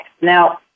Now